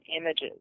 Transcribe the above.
images